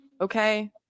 Okay